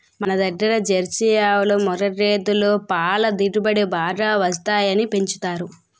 మనదగ్గర జెర్సీ ఆవులు, ముఱ్ఱా గేదులు పల దిగుబడి బాగా వస్తాయని పెంచుతారు